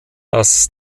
dass